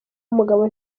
umugabo